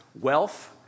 wealth